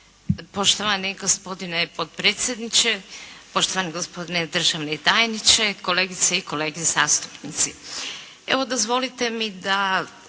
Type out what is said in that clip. Poštovani gospodine potpredsjedniče, poštovani gospodine državni tajniče, kolegice i kolege zastupnici. Evo, dozvolite mi da